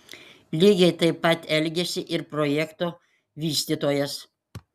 lygiai taip pat elgėsi ir projekto vystytojas